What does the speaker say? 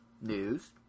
news